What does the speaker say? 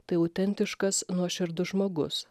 tai autentiškas nuoširdus žmogus